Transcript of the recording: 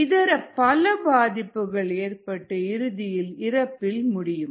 இதர பல பாதிப்புகள் ஏற்பட்டு இறுதியில் இறப்பில் முடியும்